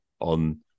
on